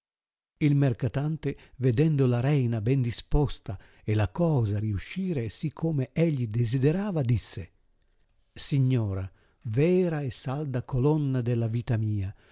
il mercatante vedendo la reina ben disposta e la cosa riuscire sì come egli desiderava disse signora vera e salda colonna della vita mia